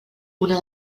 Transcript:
una